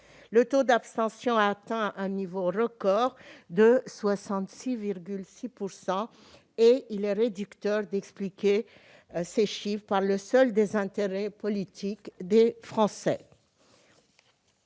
le taux d'abstention a atteint un niveau record de 66,6 % et il est réducteur d'expliquer ces chiffres par le seul désintérêt politique des Français.